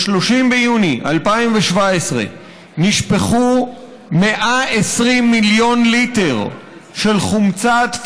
ב-30 ביוני 2017 נשפכו 120 מיליון ליטר של חומצה,